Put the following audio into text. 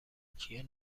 کیه